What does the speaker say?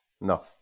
No